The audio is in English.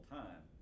time